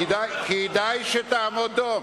כדאי שתעמוד דום.